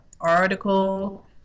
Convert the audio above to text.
article